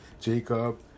Jacob